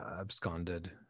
absconded